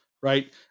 right